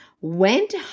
went